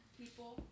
people